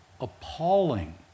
appalling